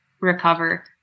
recover